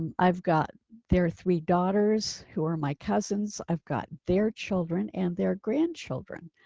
um i've got their three daughters who are my cousins. i've got their children and their grandchildren,